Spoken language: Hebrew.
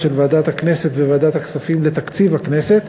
של ועדת הכנסת וועדת הכספים לתקציב הכנסת,